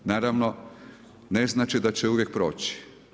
Naravno, ne znači da će uvijek proći.